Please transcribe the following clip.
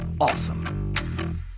awesome